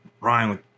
Ryan